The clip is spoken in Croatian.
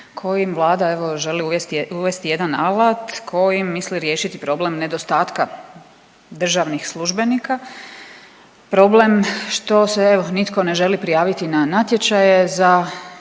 kojim Vlada evo želi uvesti jedan alat kojim misli riješiti problem nedostatka državnih službenika. Problem što se evo nitko ne želi prijaviti na natječaje za